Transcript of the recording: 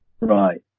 Right